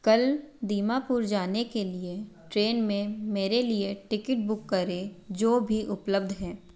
कल दीमापुर जाने के लिए ट्रेन में मेरे लिए टिकट बुक करें जो भी उपलब्ध है